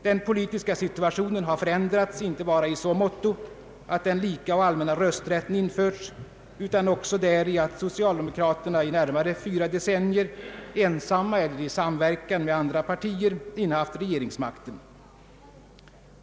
Den politiska situationen har förändrats inte bara i så måtto att den lika och allmänna rösträtten införts, utan också däri att socialdemokraterna i närmare fyra decennier ensamma eller i samverkan med andra partier innehaft regeringsmakten.